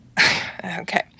Okay